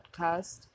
podcast